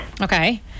Okay